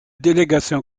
délégation